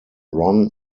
ron